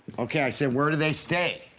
ok, i said, where do they stay?